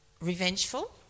revengeful